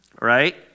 Right